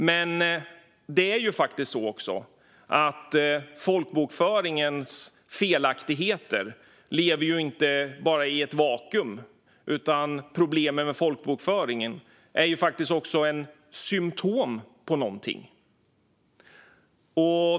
Men folkbokföringens felaktigheter lever inte i ett vakuum, utan problemen med folkbokföringen är ett symtom på något.